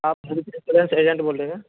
آپ insurance agent بول رہے ہیں نا